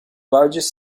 largest